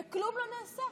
וכלום לא נעשה.